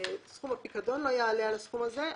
סכום הפיקדון לא יעלה על הסכום הזה,